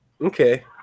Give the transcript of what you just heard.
Okay